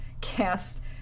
cast